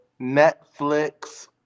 Netflix